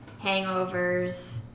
hangovers